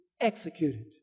executed